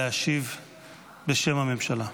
להשיב בשם הממשלה.